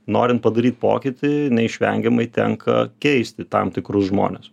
norint padaryt pokytį neišvengiamai tenka keisti tam tikrus žmones